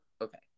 okay